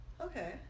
Okay